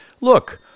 Look